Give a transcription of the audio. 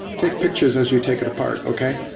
take pictures as you take it apart, okay.